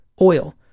Oil